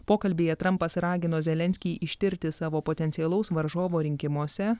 pokalbyje trampas ragino zelenskį ištirti savo potencialaus varžovo rinkimuose